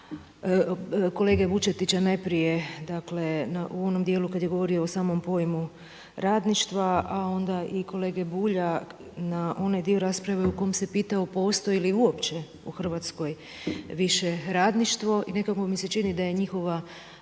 kolege Vučetića najprije u onom dijelu kada je govorio o samom pojmu radništva, a onda i kolege Bulja na onaj dio rasprave u kojem se pitao postoji li uopće u Hrvatskoj više radništvo. I nekako mi se čini da je njihova